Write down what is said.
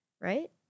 right